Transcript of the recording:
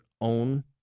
own